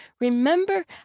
remember